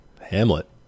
Hamlet